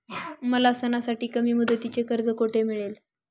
मला सणासाठी कमी मुदतीचे कर्ज कोठे मिळेल?